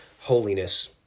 holiness